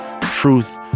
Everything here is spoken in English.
truth